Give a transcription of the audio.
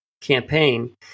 campaign